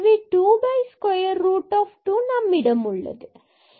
எனவே 2 square root 2 நம்மிடம் உள்ளது